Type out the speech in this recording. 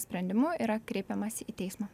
sprendimu yra kreipiamasi į teismą